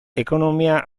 ekonomia